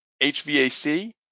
HVAC